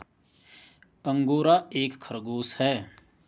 angora एक खरगोश है